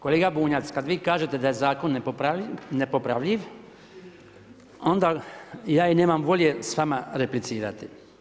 Kolega Bunjac, kada vi kažete da je zakon nepopravljiv onda ja i nemam volje s vama replicirati.